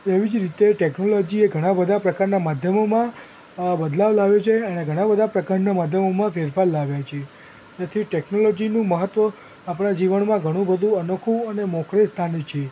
એવી જ રીતે ટૅક્નોલોજીએ ઘણા બધા પ્રકારનાં માધ્યમોમાં અ બદલાવ લાવ્યો છે અને ઘણા બધા પ્રકારનાં માધ્યમોમાં ફેરફાર લાવ્યા છે તેથી ટૅકનોલોજીનું મહત્ત્વ આપણાં જીવનમાં ઘણું બધુ અનોખું અને મોખરે સ્થાને છીએ